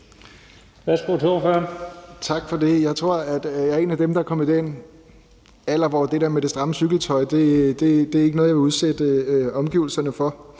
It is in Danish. Dragsted (EL): Tak for det. Jeg tror, at jeg er en af dem, der er kommet i den alder, hvor det med det stramme cykeltøj ikke er noget, jeg vil udsætte omgivelserne for.